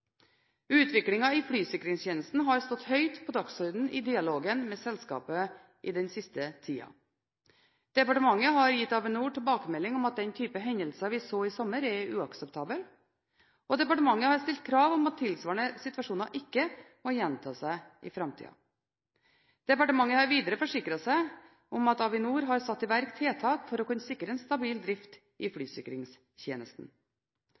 i flysikringstjenesten har stått høyt på dagsordenen i dialogen med selskapet den siste tiden. Departementet har gitt Avinor tilbakemelding om at den type hendelser vi så i sommer, er uakseptable, og departementet har stilt krav om at tilsvarende situasjoner ikke må gjenta seg i framtiden. Departementet har videre forsikret seg om at Avinor har satt i verk tiltak for å kunne sikre en stabil drift i